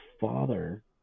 father